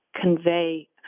convey